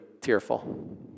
tearful